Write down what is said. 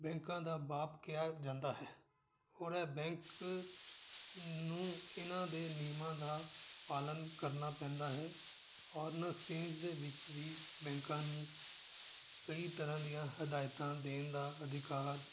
ਬੈਂਕਾਂ ਦਾ ਬਾਪ ਕਿਹਾ ਜਾਂਦਾ ਹੈ ਔਰ ਇਹ ਬੈਂਕ ਨੂੰ ਇਹਨਾਂ ਦੇ ਨਿਯਮਾਂ ਦਾ ਪਾਲਨ ਕਰਨਾ ਪੈਂਦਾ ਹੈ ਔਰ ਨਕਸੀਜ ਦੇ ਵਿੱਚ ਵੀ ਬੈਂਕਾਂ ਨੂੰ ਕਈ ਤਰ੍ਹਾਂ ਦੀਆਂ ਹਦਾਇਤਾਂ ਦੇਣ ਦਾ ਅਧਿਕਾਰ